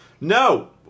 No